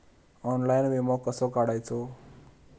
Online विमो कसो काढायचो?